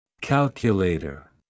Calculator